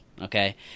okay